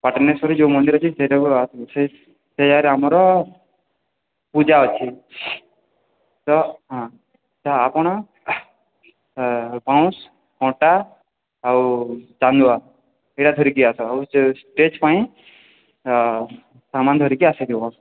ପାଟଣେଶ୍ୱରୀ ଯୋଉ ମନ୍ଦିର ଅଛି ସେଇଟାକୁ ଆଉ ସେଇ ସେଇ ଗାଁରେ ଆମର ପୂଜା ଅଛି ତ ହଁ ତ ଆପଣ ବାଉଁଶ କଣ୍ଟା ଆଉ ଚାନ୍ଦୁଆ ଏଇଟା ଧରିକି ଆସ ହେଉଛି ଷ୍ଟେଜ୍ ପାଇଁ ଆଉ ସାମାନ ଧରିକି ଆସିଥିବ